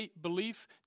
Belief